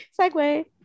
segue